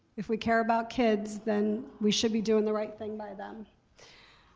if we care about kids then we should be doin' the right thing by them.